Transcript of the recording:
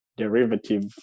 derivative